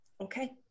okay